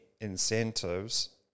incentives